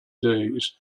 days